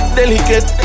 delicate